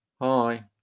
hi